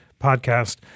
podcast